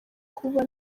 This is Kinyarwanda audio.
kuba